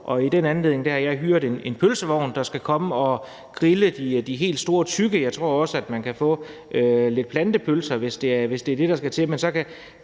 og i den anledning har jeg hyret en pølsevogn, der skal komme og grille de helt store tykke pølser, og jeg tror også, at man kan få lidt plantepølser, hvis det er det, man vil,